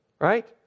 right